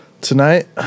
Tonight